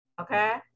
okay